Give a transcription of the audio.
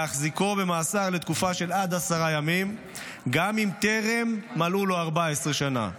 להחזיקו במאסר לתקופה של עד עשרה ימים גם אם טרם מלאו לו 14 שנה,